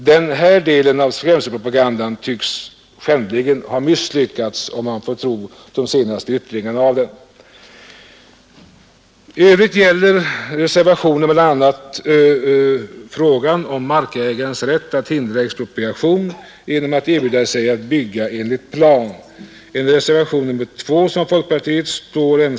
Denna del av skrämselpropagandan tycks ha skändligen misslyckats, om man får tro de senaste yttringarna av den. Reservationen 2 i civilutskottets betänkande nr 27 är folkpartisterna ensamma om, och den gäller frågan om markägarens rätt att hindra expropriation genom att erbjuda sig att bygga enligt plan.